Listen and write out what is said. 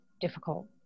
difficult